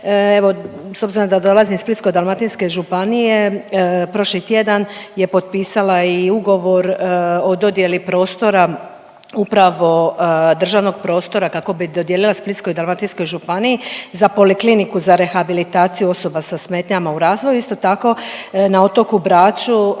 s obzirom da dolazim iz Splitsko-dalmatinske županije prošli tjedan je potpisala i ugovor o dodjeli prostora upravo državnog prostora kako bi dodijelila Splitsko-dalmatinskoj županiji za polikliniku za rehabilitaciju osoba sa smetnjama u razvoju. Isto tako na otoku Braču